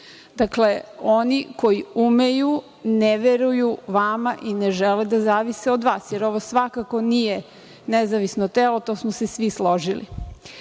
Dakle, oni koji umeju ne veruju vama i ne žele da zavise od vas jer ovo svakako nije nezavisno telo, to smo se svi složili. Radi